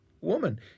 woman